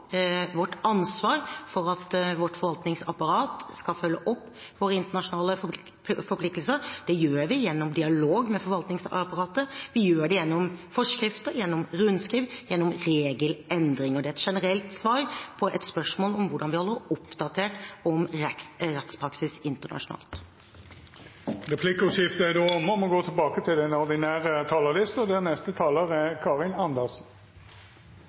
vårt ansvar for at vårt forvaltningsapparat skal følge opp våre internasjonale forpliktelser, tar vi gjennom dialog med forvaltningsapparatet, vi tar det gjennom forskrifter, gjennom rundskriv og gjennom regelendringer. Det er et generelt svar på et spørsmål om hvordan vi holder oss oppdatert om rettspraksis internasjonalt. Replikkordskiftet er då omme. Dei talarane som heretter får ordet, har òg ei taletid på inntil 3 minutt. På dette området er